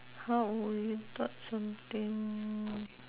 how you thought something